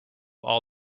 all